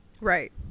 right